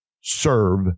serve